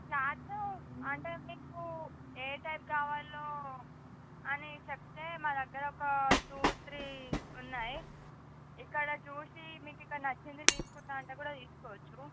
cloth అంటే మీకు ఏ టైప్ కావాలో అని చెప్తే మా దగ్గర ఒక టూ త్రీ ఉన్నాయి ఇక్కడ చూసి మీకిక్కడ నచ్చింది తీసుకుంటా అంటే కూడా తీసుకోవచ్చు